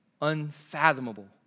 Unfathomable